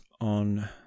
on